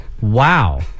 Wow